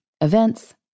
events